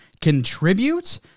contribute